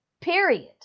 Period